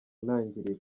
ntangiriro